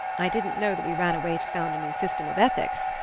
i didn't know that we ran away to found a new system of ethics.